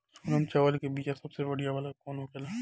सोनम चावल के बीया सबसे बढ़िया वाला कौन होखेला?